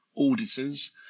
Auditors